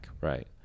Right